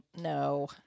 No